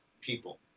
people